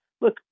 look